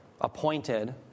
appointed